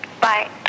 Bye